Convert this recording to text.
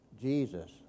Jesus